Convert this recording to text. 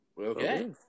Okay